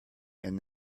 and